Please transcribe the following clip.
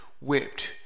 Whipped